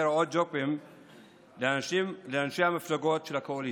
עוד ג'ובים לאנשי המפלגות של הקואליציה.